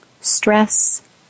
stress